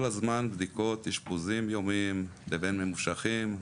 כל הזמן בדיקות, אשפוזים יומיים לבין ממושכים,